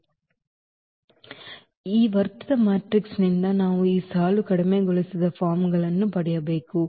ಈಗ ಈ ವರ್ಧಿತ ಮ್ಯಾಟ್ರಿಕ್ಸ್ನಿಂದ ನಾವು ಈ ಸಾಲು ಕಡಿಮೆಗೊಳಿಸಿದ ಫಾರ್ಮ್ಗಳನ್ನು ಪಡೆಯಬೇಕು